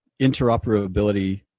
interoperability